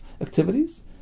activities